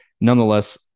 nonetheless